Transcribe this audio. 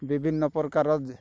ବିଭିନ୍ନ ପ୍ରକାର ଯେ